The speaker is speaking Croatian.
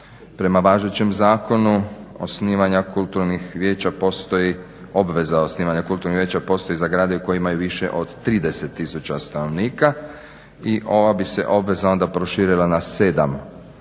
vijeća postoji obveza osnivanja kulturnih vijeća postoji za gradove koji imaju više od 30 tisuća stanovnika. I ova bi se obveza onda proširila na 7